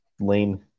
Lane